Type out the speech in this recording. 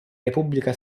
repubblica